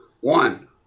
One